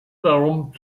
darum